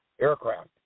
aircraft